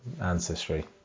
ancestry